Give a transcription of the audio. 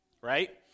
right